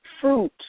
fruit